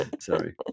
Sorry